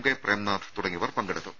K Premnath തുടങ്ങിയവർ പങ്കെടുത്തു